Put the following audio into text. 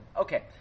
Okay